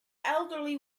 elderly